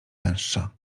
węższa